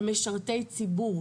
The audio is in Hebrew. על משרתי ציבור.